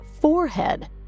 forehead